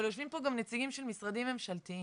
אבל יושבים פה גם נציגים של משרדים ממשלתיים.